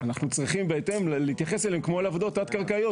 אנחנו צריכים להתייחס אליהם בהתאם כמו אל עבודות תת-קרקעיות